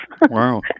Wow